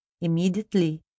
Immediately